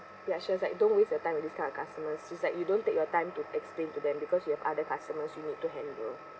ya she was like don't waste your time with this kind of customer she's like you don't take your time to explain to them because you have other customers you need to handle